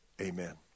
Amen